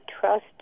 trust